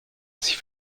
sich